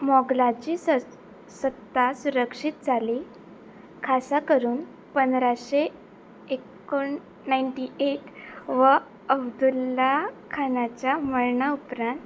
मोगलाची सत्ता सुरक्षीत जाली खासा करून पंदराशे एकोण नायनटी एट व अब्दुल्ला खानाच्या मळना उपरांत